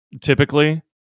typically